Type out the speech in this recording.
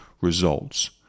results